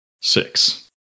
six